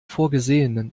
vorgesehenen